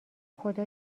خدا